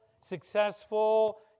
successful